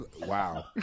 wow